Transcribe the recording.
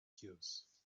cubes